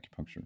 acupuncture